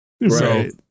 Right